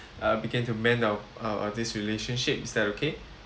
uh began to mend our uh uh this relationship is that okay